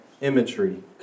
imagery